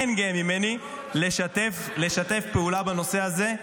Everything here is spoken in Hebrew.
אין גאה ממני לשתף פעולה בנושא הזה.